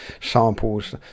samples